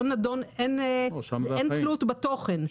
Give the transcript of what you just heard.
אין תלות בתוכן.